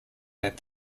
that